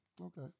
Okay